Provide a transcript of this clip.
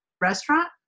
restaurant